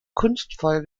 kunstvoll